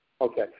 okay